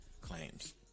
claims